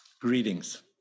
greetings